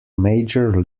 major